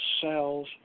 cells